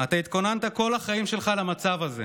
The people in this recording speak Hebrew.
אתה התכוננת כל החיים שלך למצב הזה.